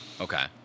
Okay